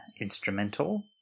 instrumental